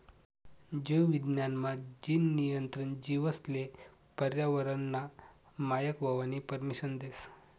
जीव विज्ञान मा, जीन नियंत्रण जीवेसले पर्यावरनना मायक व्हवानी परमिसन देस